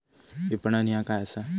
विपणन ह्या काय असा?